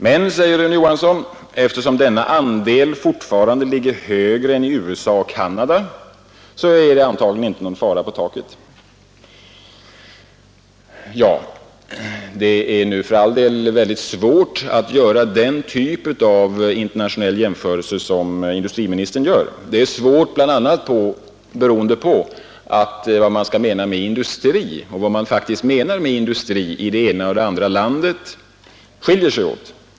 Men, säger Rune Johansson, eftersom denna andel fortfarande ligger högre än i USA och Canada, är det antagligen inte någon fara på taket. Det är svårt att göra den typ av internationell jämförelse som industriministern gör. Det är svårt bl.a. på grund av att definitionerna på vad man menar med ”industri” i det ena och det andra landet skiljer sig åt.